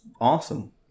awesome